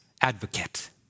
advocate